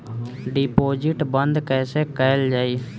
Deposit बंद कैसे कैल जाइ?